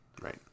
Right